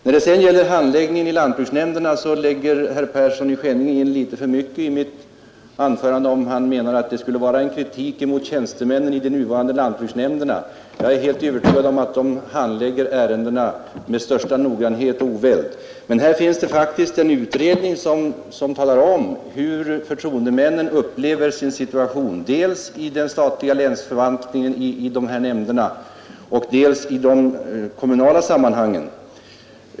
När det gäller frågan om handläggningen i lantbruksnämnderna lägger herr Persson i Skänninge in litet för mycket i mitt anförande, om han menar att jag skulle ha uttalat kritik mot tjänstemännen i de nuvarande lantbruksnämnderna. Jag är helt övertygad om att man handlägger ärendena med största noggrannhet och oväld. Men här finns det faktiskt en utredning som talar om hur förtroendemännen upplever sin situation dels i den statliga länsförvaltningen i dessa nämnder, dels i de kommunala sammanhangen.